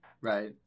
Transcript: right